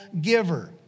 giver